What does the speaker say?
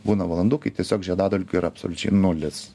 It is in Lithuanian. būna valandų kai tiesiog žiedadulkių yra absoliučiai nulis